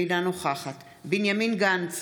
אינה נוכחת בנימין גנץ,